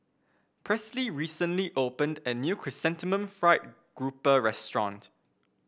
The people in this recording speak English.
Presley recently opened a new Chrysanthemum Fried Grouper restaurant